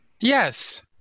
yes